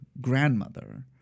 grandmother